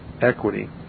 equity